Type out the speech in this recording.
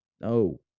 No